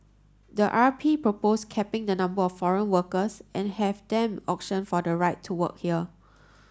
the R P proposed capping the number of foreign workers and have them auction for the right to work here